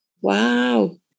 Wow